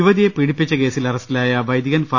യുവതിയെ പീഡിപ്പിച്ച കേസിൽ അറസ്റ്റിലായ വൈദികൻ ഫാ